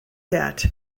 that